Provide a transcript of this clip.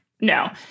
No